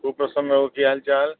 खूब प्रसन्न रहू की हाल चाल